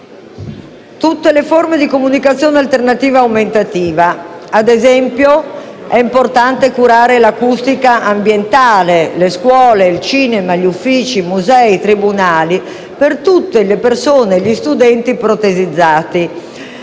«tutte le forme di comunicazione alternativa aumentativa». Così, è importante curare l'acustica ambientale nelle scuole, al cinema, negli uffici, nei musei, nei tribunali per tutte le persone e gli studenti protesizzati.